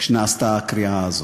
כשנעשתה הקריעה הזאת.